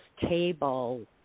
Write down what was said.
table